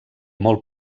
molt